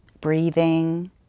breathing